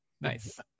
nice